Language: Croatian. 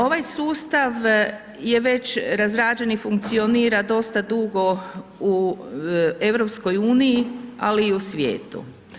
Ovaj sustav je već razrađen i funkcionira dugo u EU, ali i u svijetu.